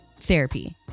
therapy